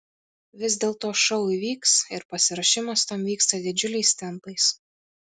vis dėlto šou įvyks ir pasiruošimas tam vyksta didžiuliais tempais